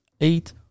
eight